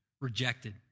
rejected